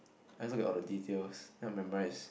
I just look at all the details then I'll memorise